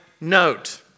note